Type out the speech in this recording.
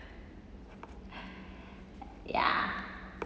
ya